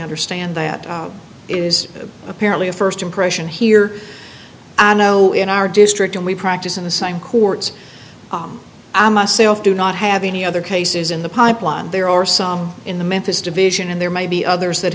understand that is apparently a first impression here i know in our district and we practice in the same courts i myself do not have any other cases in the pipeline there are some in the memphis division and there may be others that